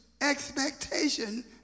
expectation